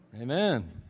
Amen